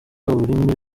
ururimi